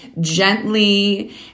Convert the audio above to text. gently